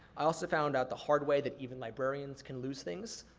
i also found out the hard way that even librarians can lose things,